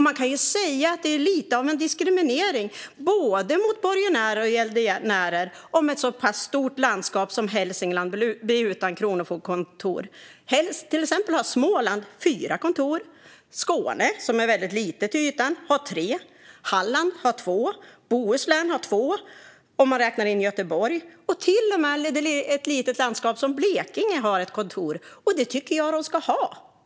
Man kan säga att det är lite av en diskriminering både mot borgenärer och gäldenärer om ett så pass stort landskap som Hälsingland blir utan kronofogdekontor. Småland, till exempel, har fyra kontor. Skåne, som är väldigt litet till ytan, har tre. Halland har två, och Bohuslän har två om man räknar in Göteborg. Till och med ett litet landskap som Blekinge har ett kontor, och det tycker jag att de ska ha.